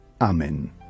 Amen